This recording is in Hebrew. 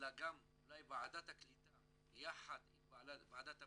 אלא גם אולי ועדת הקליטה יחד עם ועדת הפנים,